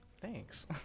Thanks